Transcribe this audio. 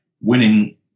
Winning